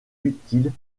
utiles